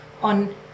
on